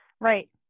Right